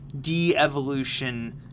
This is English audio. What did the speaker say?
de-evolution